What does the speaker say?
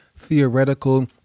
theoretical